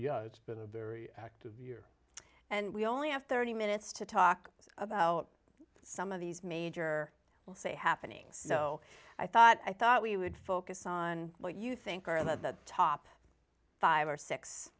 yeah it's been a very active year and we only have thirty minutes to talk about some of these major will say happenings so i thought i thought we would focus on what you think are the top five or six